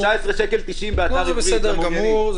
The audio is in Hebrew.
19.90 שקל באתר עברית למעוניינים.